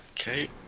Okay